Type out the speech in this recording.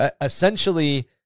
essentially